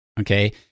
okay